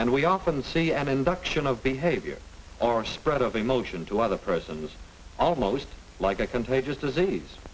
and we often see an induction of behavior or spread of emotion to other persons almost like a contagious disease